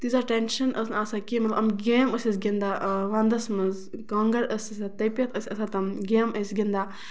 تیٖژاہ ٹینشَن ٲس نہٕ آسان کِہیٖنۍ مطلب یِم گیم ٲسۍ أسۍ گِندان وَندَس منٛز کانگٔر ٲسۍ آسان تٔپِتھ ٲسۍ آسان تِم گیمہٕ ٲسۍ گِندان اۭں